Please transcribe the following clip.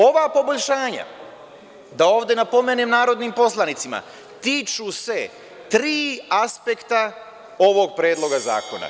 Ova poboljšanja, da ovde napomenem narodnim poslanicima, tiču se tri aspekta ovog Predloga zakona.